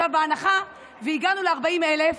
בהנחה שהגענו ל-14,000,